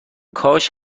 کاش